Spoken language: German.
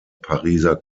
pariser